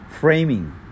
framing